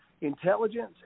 intelligence